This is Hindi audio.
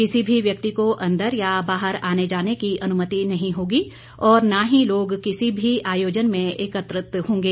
किसी भी व्यक्ति को अन्दर या बाहर आने जाने की अनुमति नहीं होगी और न ही लोग किसी भी आयोजन में एकत्रित होंगे